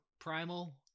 Primal